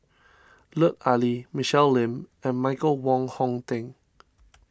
Lut Ali Michelle Lim and Michael Wong Hong Teng